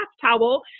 towel